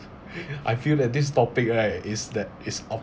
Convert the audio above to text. I feel that this topic right is that is